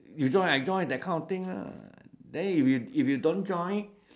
you join I join that kind of thing lah then if you if you don't join